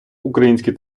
українські